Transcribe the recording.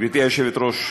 גברתי היושבת-ראש,